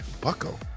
Bucko